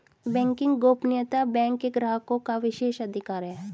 banking गोपनीयता bank के ग्राहकों का विशेषाधिकार है